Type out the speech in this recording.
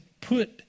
put